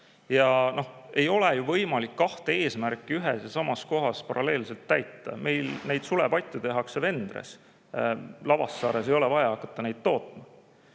Ei ole ju võimalik kahte eesmärki ühes ja samas kohas paralleelselt täita. Meil sulepatju tehakse Wendres, Lavassaares ei ole vaja hakata neid tootma.